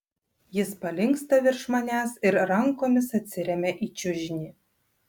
jis palinksta virš manęs ir rankomis atsiremia į čiužinį